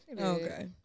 Okay